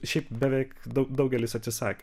šiaip beveik daug daugelis atsisakė